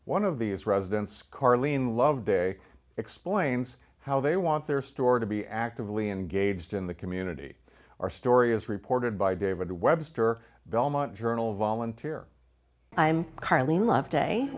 one of these residents carlene loveday explains how they want their story to be actively engaged in the community or story as reported by david webster belmont journal volunteer i'm currently loveday